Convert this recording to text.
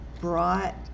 brought